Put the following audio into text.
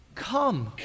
Come